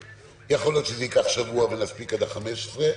יכול להיות שזה ייקח שבוע ונספיק לסיים עד ה-15 לחודש.